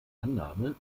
annahme